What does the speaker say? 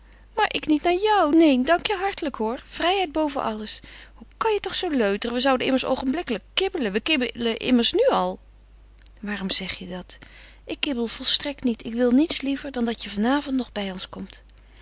maar ik niet naar jou neen dank je hartelijk hoor vrijheid boven alles hoe kan je toch zoo leuteren we zouden immers oogenblikkelijk kibbelen we kibbelen immers nu al waarom zeg je dat ik kibbel volstrekt niet ik wil niets liever dan dat je van avond nog bij ons komt